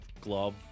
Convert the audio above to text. glove